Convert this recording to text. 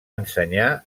ensenyar